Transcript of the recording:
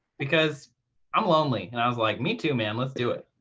because i'm lonely and i was like, me too, man. let's do it.